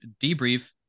debrief